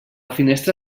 finestra